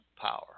power